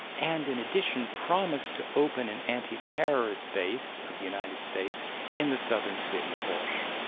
and in addition, promised to open and anti-terrorist base of the united states in the southern city of osh.